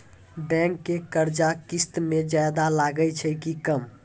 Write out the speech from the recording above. Bank के कर्जा किस्त मे ज्यादा लागै छै कि कम?